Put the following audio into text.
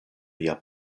mia